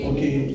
Okay